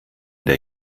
der